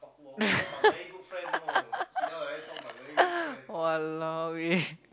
!walao! eh